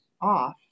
off